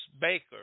Baker